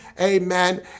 amen